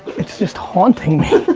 it's just haunting me,